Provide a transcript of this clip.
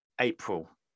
april